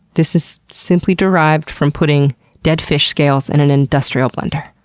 this is simply derived from putting dead fish scales in an industrial blender.